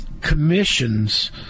commissions